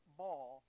ball